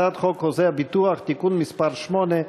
הצעת חוק חוזה הביטוח (תיקון מס' 8),